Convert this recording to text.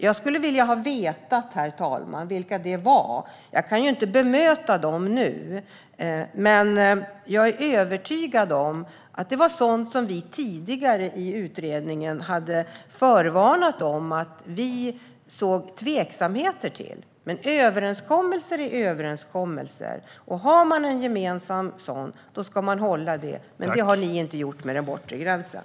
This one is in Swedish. Jag kan ju inte bemöta detta nu, men jag är övertygad om att det handlade om sådant som vi tidigare i utredningen hade förvarnat om att vi såg tveksamheter med. Överenskommelser är överenskommelser, och har man en gemensam sådan ska man hålla sig till den. Men det har ni inte gjort med den bortre gränsen.